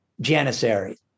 janissaries